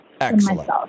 excellent